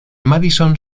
madison